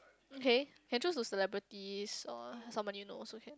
okay can choose celebrities or someone you know also can